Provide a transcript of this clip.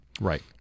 Right